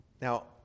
Now